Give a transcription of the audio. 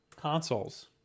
consoles